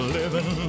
living